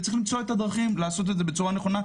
וצריך למצוא את הדרכים לעשות את זה בצורה נכונה,